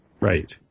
Right